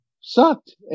sucked